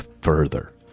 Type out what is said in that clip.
further